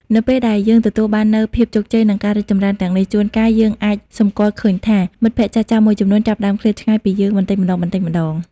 នៅពេលដែលយើងទទួលបាននូវភាពជោគជ័យ និងការរីកចម្រើនទាំងនេះ ជួនកាលយើងអាចសម្គាល់ឃើញថា មិត្តភក្តិចាស់ៗមួយចំនួនចាប់ផ្តើមឃ្លាតឆ្ងាយពីយើងបន្តិចម្តងៗ។